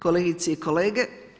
Kolegice i kolege.